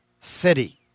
city